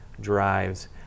drives